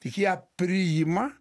ją priima